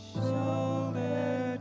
Shoulder